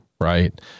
right